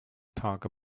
talk